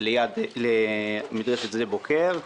מהותה של הבקשה היא השקעה בחברת מדרשת שדה בוקר שבנגב.